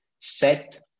set